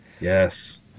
Yes